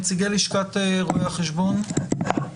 נציגי לשכת רואי החשבון איתנו?